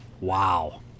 Wow